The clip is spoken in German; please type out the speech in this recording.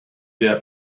der